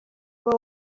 uba